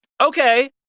okay